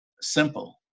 simple